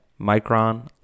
Micron